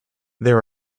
there